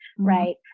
right